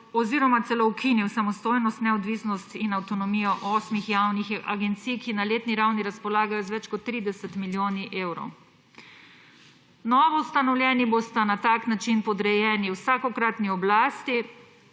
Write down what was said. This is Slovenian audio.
oziroma celo ukinil samostojnost, neodvisnost in avtonomijo osmih javnih agencij, ki na letni ravni razpolagajo z več kot 30 milijoni evrov. Novoustanovljeni bosta na tak način podrejeni vsakokratni oblasti.